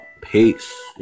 Peace